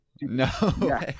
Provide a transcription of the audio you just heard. No